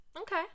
Okay